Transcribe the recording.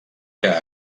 que